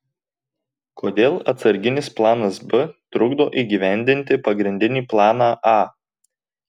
kodėl atsarginis planas b trukdo įgyvendinti pagrindinį planą a